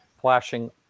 flashing